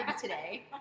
today